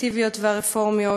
הקונסרבטיביות והרפורמיות,